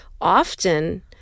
often